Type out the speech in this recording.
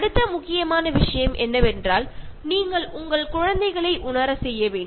அடுத்த முக்கியமான விஷயம் என்னவென்றால் நீங்கள் உங்கள் குழந்தைகளை உணரச் செய்ய வேண்டும்